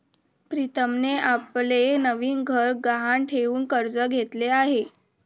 प्रीतमने आपले नवीन घर गहाण ठेवून कर्ज घेतले आहे